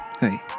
hey